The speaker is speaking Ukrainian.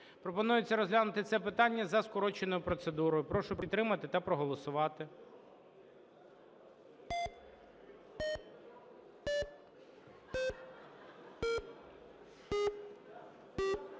Пропонується розглянути це питання за скороченою процедурою. Прошу підтримати та проголосувати.